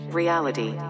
reality